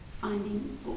finding